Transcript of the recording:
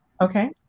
Okay